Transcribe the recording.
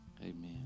Amen